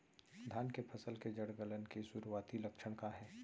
धान के फसल के जड़ गलन के शुरुआती लक्षण का हे?